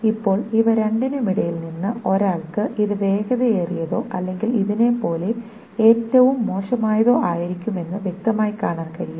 ഇപ്പോൾ ഇവ രണ്ടിനുമിടയിൽ നിന്ന് ഒരാൾക്ക് ഇത് വേഗതയേറിയതോ അല്ലെങ്കിൽ ഇതിനെപ്പോലെ ഏറ്റവും മോശമായതോ ആയിരിക്കുമെന്ന് വ്യക്തമായി കാണാൻ കഴിയും